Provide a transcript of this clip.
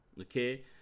okay